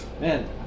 Man